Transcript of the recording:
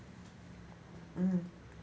mm